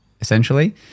essentially